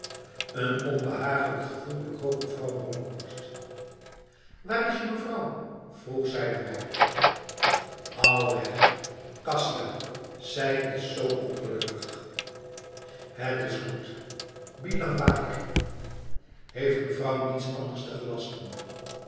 een onbehaaglijk gevoel bekroop mevrouw bronkhorst waar is je mevrouw vroeg zij de meid al weg kasian zij is zo ongelukkigl het is goed bilang baik heeft mevrouw niets anders te gelasten